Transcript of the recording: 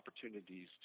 opportunities